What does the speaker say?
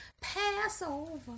Passover